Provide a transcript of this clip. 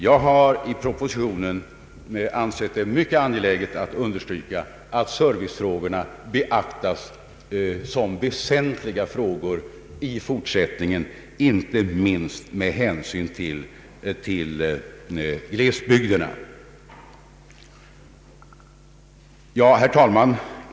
Jag har ansett det mycket angeläget att understryka i propositionen att servicefrågorna beaktas såsom väsentliga i fortsättningen, inte minst med hänsyn till glesbygderna.